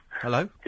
Hello